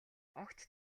огт